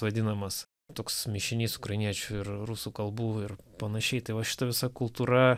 vadinamas toks mišinys ukrainiečių ir rusų kalbų ir panašiai tai va šita visa kultūra